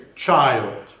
child